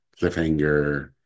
cliffhanger